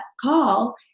call